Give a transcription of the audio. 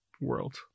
world